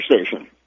Station